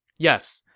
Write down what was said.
yes,